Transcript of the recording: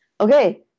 Okay